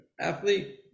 athlete